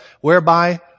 whereby